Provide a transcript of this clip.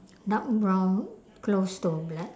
dark brown close to black